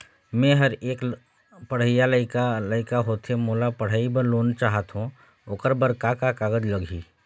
मेहर एक पढ़इया लइका लइका होथे मोला पढ़ई बर लोन चाहथों ओकर बर का का कागज लगही?